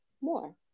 more